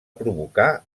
provocar